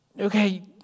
Okay